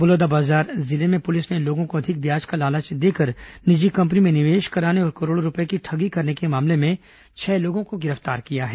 बलौदाबाजार जिले में पुलिस ने लोगों को अधिक ब्याज का लालच देकर निजी कंपनी में निवेश कराने और करोड़ों रूपए की ठगी करने के मामले में छह लोगों को गिरफ्तार किया है